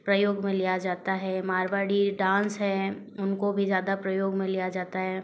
प्रयोग में लिया जाता है मारवाड़ी डांस हैं उनको भी ज़्यादा प्रयोग में लिया जाता है